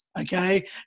Okay